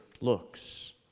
looks